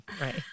right